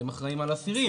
אתם אחראים על אסירים.